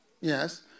yes